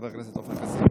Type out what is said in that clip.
חבר הכנסת עופר כסיף,